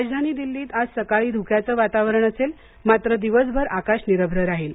राजधानी दिल्लीत आज सकाळी धुक्याचं वातावरण असेल मात्र दिवसभर आकाश निरभ्र राहील